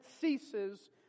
ceases